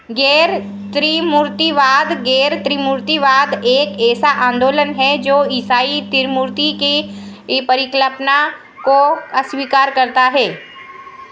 गैर त्रिमूर्तिवाद गैर त्रिमूर्तिवाद एक ऐसा आन्दोलन है जो ईसाई त्रिमूर्ति की परिकल्पना को अस्वीकार करता है